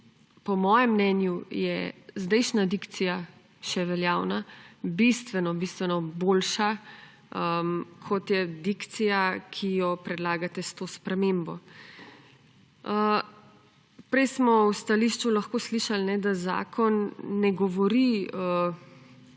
po mojem mnenju je zdajšnja, še veljavna dikcija bistveno bistveno boljša, kot je dikcija, ki jo predlagate s to spremembo. Prej smo v stališču lahko slišali, da zakon ne govori